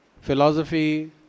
philosophy